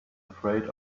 afraid